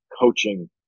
coaching